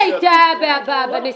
בבקשה.